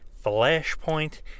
Flashpoint